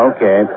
Okay